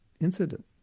incident